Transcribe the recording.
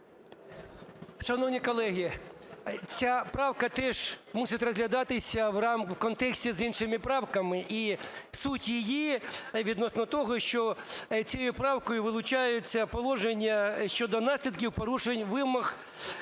Шановні колеги, ця правка теж мусить розглядатися в контексті з іншими правками. І суть її відносно того, що цією правкою вилучаються положення щодо наслідків порушень вимог